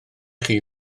chi